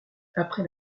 après